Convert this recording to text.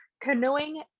Canoeing